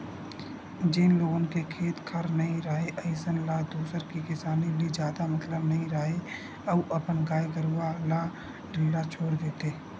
जेन लोगन के खेत खार नइ राहय अइसन ल दूसर के किसानी ले जादा मतलब नइ राहय अउ अपन गाय गरूवा ल ढ़िल्ला छोर देथे